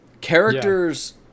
characters